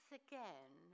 again